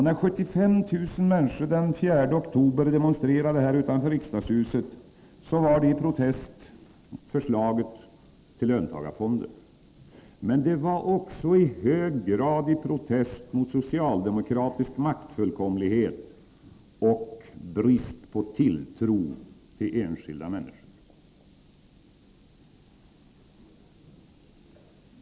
När 75 000 människor den 4 oktober demonstrerade här utanför riksdagshuset var det i protest mot förslaget till löntagarfonder. Men det var också i hög grad i protest mot socialdemokratisk maktfullkomlighet och brist på tilltro till enskilda människor.